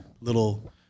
little